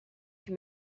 que